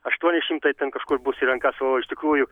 aštuoni šimtai ten kažkur bus į rankas o iš tikrųjų